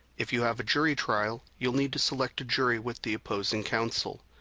if you have a jury trial, you'll need to select a jury with the opposing counsel.